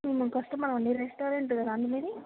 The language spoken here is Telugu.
హ కస్టమర్ అండి రెస్టారెంట్ కదా అండి మీది